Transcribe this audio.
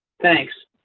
thanks.